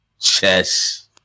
chess